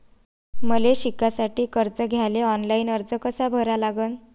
मले शिकासाठी कर्ज घ्याले ऑनलाईन अर्ज कसा भरा लागन?